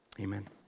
Amen